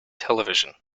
television